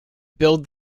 build